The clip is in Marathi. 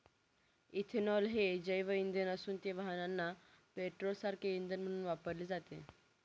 इथेनॉल हे जैवइंधन असून ते वाहनांना पेट्रोलसारखे इंधन म्हणून वापरले जाते